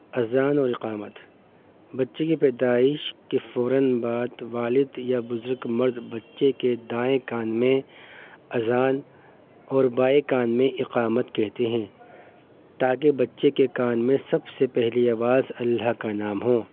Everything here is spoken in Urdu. اذان اور اقامت بچے کی پیدائش کے فوراً بات والد یا بزرگ مرد بچے کے دائیں کان میں اذان اور بائیں کان میں اقامت کہتے ہیں تاکہ بچے کے کان میں سب سے پہلی آواز اللہ کا نام ہو